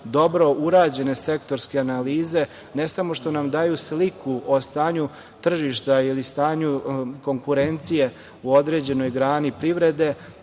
dobro urađene sektorske analize ne samo što nam daju sliku o stanju tržišta ili stanju konkurencije u određenoj grani privrede,